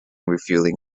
refueling